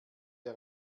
der